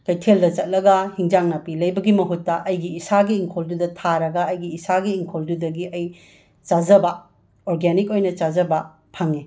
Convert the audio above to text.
ꯀꯩꯊꯦꯜꯗ ꯆꯠꯂꯒ ꯍꯤꯟꯖꯥꯡ ꯅꯥꯄꯤ ꯂꯩꯕꯒꯤ ꯃꯍꯨꯠꯇ ꯑꯩꯒꯤ ꯏꯁꯥꯒꯤ ꯏꯪꯈꯣꯜꯗꯨꯗ ꯊꯥꯔꯒ ꯑꯩꯒꯤ ꯏꯁꯥꯒꯤ ꯏꯪꯈꯣꯜꯗꯨꯗꯒꯤ ꯑꯩ ꯆꯥꯖꯕ ꯑꯣꯔꯒꯦꯅꯤꯛ ꯑꯣꯏꯅ ꯆꯥꯖꯕ ꯐꯪꯉꯦ